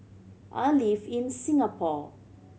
I live in Singapore